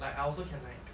like I also can like